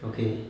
okay